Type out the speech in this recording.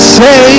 say